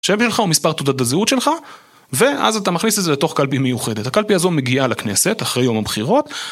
שם שלך ומספר תעודת הזהות שלך ואז אתה מכניס את זה לתוך קלפי מיוחדת. הקלפי הזו מגיעה לכנסת אחרי יום הבחירות